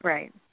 Right